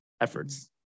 efforts